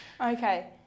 Okay